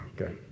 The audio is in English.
Okay